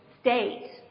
state